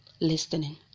listening